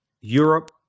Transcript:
Europe